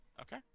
okay